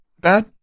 bad